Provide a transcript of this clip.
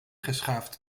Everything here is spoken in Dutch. geschaafd